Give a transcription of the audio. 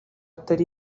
ataba